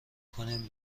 کنیم